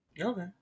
Okay